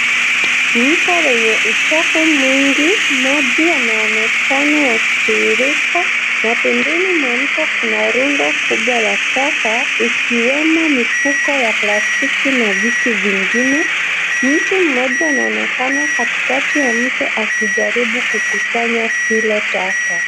Mto wenye uchafu mwingi. Maji yanaonekana yakitiririka na pembeni mwa mto kuna rundo kubwa la taka ikiwemo mifuko ya plastiki na vitu vingine. Mtu mmoja anaonekana katikati ya mto akijaribu kukusanya hilo taka.